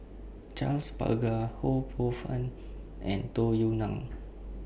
Charles Paglar Ho Poh Fun and Tung Yue Nang